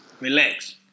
Relax